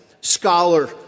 scholar